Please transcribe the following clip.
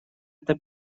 это